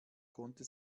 konnte